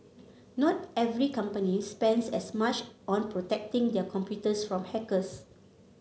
not every company spends as much on protecting their computers from hackers